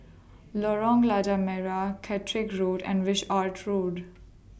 Lorong Merah Caterick Road and Wishart Road